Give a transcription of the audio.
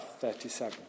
37